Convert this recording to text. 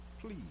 please